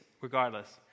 regardless